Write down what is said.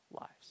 lives